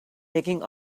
taking